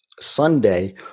Sunday